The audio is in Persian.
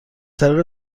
طریق